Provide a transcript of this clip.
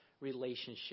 relationship